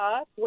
up